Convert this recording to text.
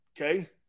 Okay